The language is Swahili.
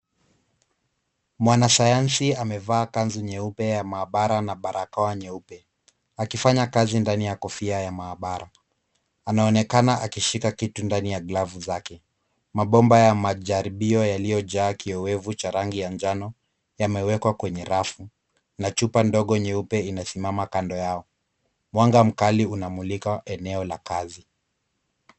Mwanasayansi amevaa kanzu nyeupe ya maabara na barakoa nyeupe akifanya kazi ndani ya kofia ya maabara. Anaonekana akishika kitu ndani ya glavu zake. Mabomba ya majaribio yaliyojaa kiowevu cha rangi ya njano yamewekwa kwenye rafu na chupa ndogo nyeupe inasimama kando yao. Mwanga mkali unamulika eneo la kazi.